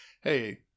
Hey